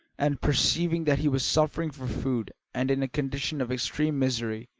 and, perceiving that he was suffering for food and in a condition of extreme misery,